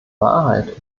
wahrheit